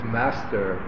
master